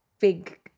big